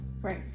right